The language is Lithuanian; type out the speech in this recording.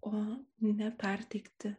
o ne perteikti